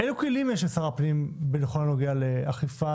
אילו כלים יש לשר הפנים בכל הנוגע לאכיפה